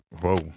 whoa